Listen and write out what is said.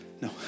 No